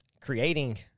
creating